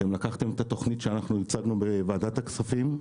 אתם לקחתם את התוכנית שאנחנו ייצגנו בוועדת הכספים,